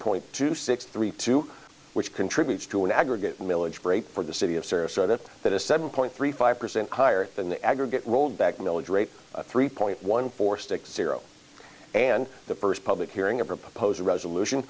point two six three to which contributes to an aggregate milledge great for the city of sirius or that that is seven point three five percent higher than the aggregate rollback milage rate of three point one four six zero and the first public hearing a proposed resolution